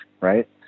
right